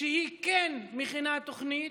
שהיא כן מכינה תוכנית,